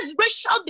racial